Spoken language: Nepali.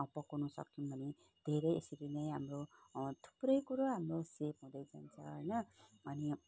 पकाउनु सक्यौँ भने धेरै यसरी नै हाम्रो थुप्रै कुरो हाम्रो सेभ हुँदै जान्छ होइन अनि